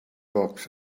box